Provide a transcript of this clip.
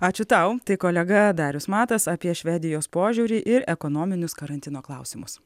ačiū tau tai kolega darius matas apie švedijos požiūrį ir ekonominius karantino klausimus